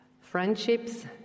Friendships